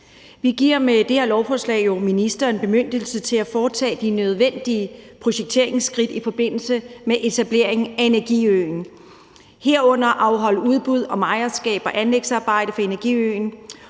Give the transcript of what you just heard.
Vi giver jo med det her lovforslag ministeren en bemyndigelse til at foretage de nødvendige projekteringsskridt i forbindelse med etablering af energiøen, herunder at afholde udbud om ejerskab og anlægsarbejde for energiøen